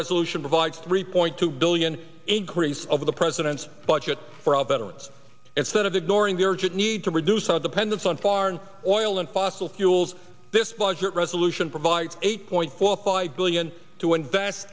resolution provides three point two billion a grief over the president's budget for our veterans and set of ignoring the urgent need to reduce our dependence on foreign oil and fossil fuels this budget resolution provides eight point four five billion to invest